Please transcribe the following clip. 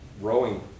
rowing